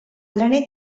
graner